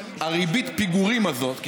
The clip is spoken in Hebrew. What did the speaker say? ריבית הפיגורים הזאת,